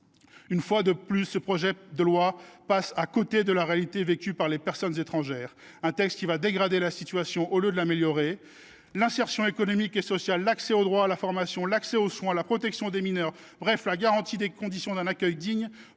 une fois de plus avec un projet de loi qui passe à côté de la réalité vécue par les personnes étrangères, un texte qui va dégrader la situation au lieu de l’améliorer. L’insertion économique et sociale, l’accès au droit, à la formation et aux soins, la protection des mineurs, autrement dit la garantie de conditions d’accueil dignes,